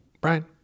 Brian